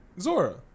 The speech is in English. Zora